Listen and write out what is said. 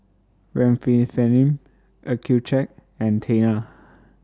Remifemin Accucheck and Tena